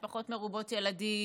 משפחות מרובות ילדים,